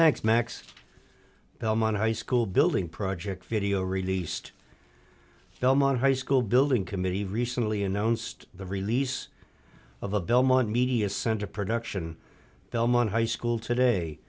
thanks max belmont high school building project video released belmont high school building committee recently announced the release of a belmont media center production belmont high school today